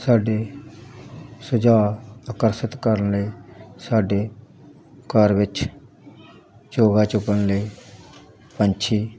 ਸਾਡੇ ਸੁਝਾਅ ਆਕਰਸ਼ਿਤ ਕਰਨ ਲਈ ਸਾਡੇ ਘਰ ਵਿੱਚ ਚੋਗਾ ਚੁਗਣ ਲਈ ਪੰਛੀ